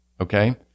okay